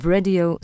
Radio